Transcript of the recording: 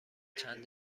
چند